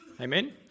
amen